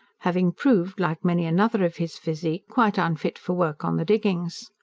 having proved, like many another of his physique, quite unfit for work on the diggings.